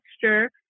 texture